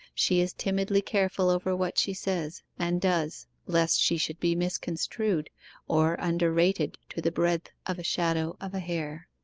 she is timidly careful over what she says and does, lest she should be misconstrued or under-rated to the breadth of a shadow of a hair.